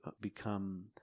become